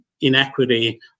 inequity